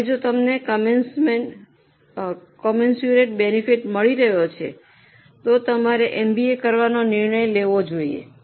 હવે જો તમને કમેન્સરટ બેનફિટ મળી રહ્યો છે તો તમારે એમબીએ કરવાનો નિર્ણય લેવો જોઈએ